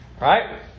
right